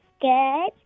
Good